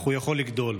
אך הוא יכול לגדול,